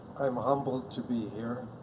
i'm humbled to be here,